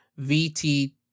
VT